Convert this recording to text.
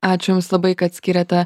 ačiū jums labai kad skyrėte